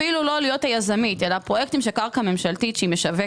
אפילו לא להיות היזמית אלא פרויקטים של קרקע ממשלתית שהיא משווקת,